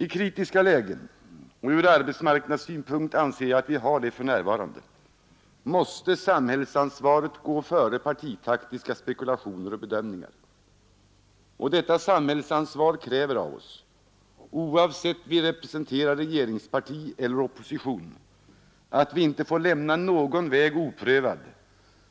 I kritiska lägen — och ur arbetsmarknadssynpunkt anser jag att vi har det för närvarande — måste samhällsansvaret gå före partitaktiska spekulationer och bedömningar. Och detta samhällsansvar kräver av oss, oavsett vi representerar regeringsparti eller opposition, att vi inte får lämna någon väg oprövad